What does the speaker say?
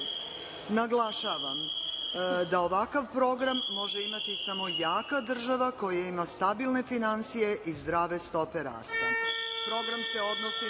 da ovakav program može imati samo jaka država koja ima stabilne finansije i zdrave stope rasta. Program se odnosi